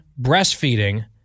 breastfeeding